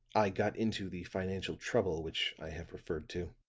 i got into the financial trouble which i have referred to.